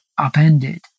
upended